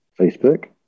Facebook